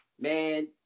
man